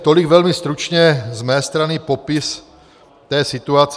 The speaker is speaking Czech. Tolik velmi stručně z mé strany popis té situace.